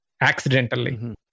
accidentally